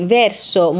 verso